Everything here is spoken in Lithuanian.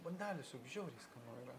bandelės juk žiauriai skanu yra